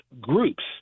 groups